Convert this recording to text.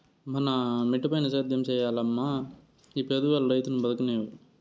మన మిటపైన సేద్యం సేయలేమబ్బా ఈ పెబుత్వాలు రైతును బతుకనీవు